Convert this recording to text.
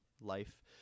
life